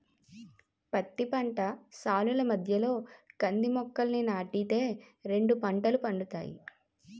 పత్తి పంట సాలుల మధ్యలో కంది మొక్కలని నాటి తే రెండు పంటలు పండుతాయి